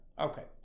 Okay